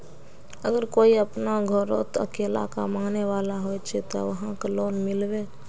अगर कोई अपना घोरोत अकेला कमाने वाला होचे ते वहाक लोन मिलबे?